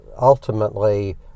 ultimately